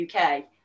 uk